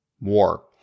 war